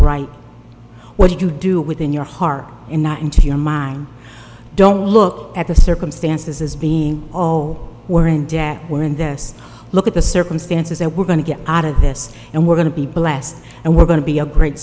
right what you do within your heart and not into your mind don't look at the circumstances as being all who are in debt or in this look at the circumstances that we're going to get out of this and we're going to be blessed and we're going to be a great